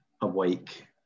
awake